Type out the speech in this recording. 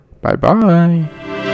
bye-bye